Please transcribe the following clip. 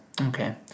okay